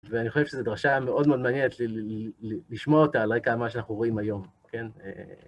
ואני חושב שזו דרשה מאוד מאוד מעניינת לשמוע אותה על רקע מה שאנחנו רואים היום, כן?